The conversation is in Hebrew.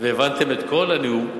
והבנתם את כל הנאום,